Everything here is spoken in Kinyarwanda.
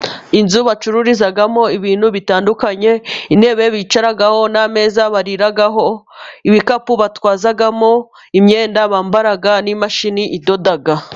Inzu bacururizamo ibintu bitandukanye intebe bicaraho n'ameza bariho, ibikapu batwaramo imyenda bambara n'imashini idoda.